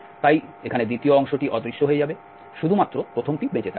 তাই দ্বিতীয় অংশ অদৃশ্য হবে শুধুমাত্র প্রথমটি বেঁচে থাকবে